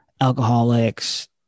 alcoholics